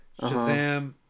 Shazam